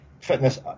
fitness